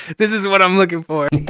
this is what i'm looking for.